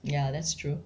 ya that's true ya